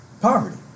poverty